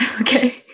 Okay